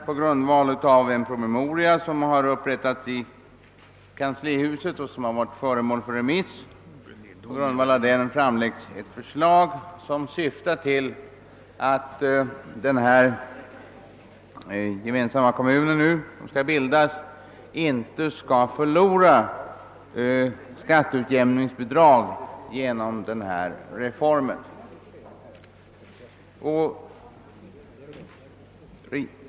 På grundval av en promemoria som har upprättats i kanslihuset och varit föremål för remissbehandling framläggs ett förslag i syfte att den gemensamma kommun som skall bildas på Gotland inte skall förlora skatteutjämningsbidrag genom reformen.